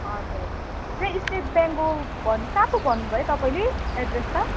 हजुर त्यही स्टेट ब्याङ्कको भन्नु कहाँ पो भन्नुभयो तपाईँले एड्रेस त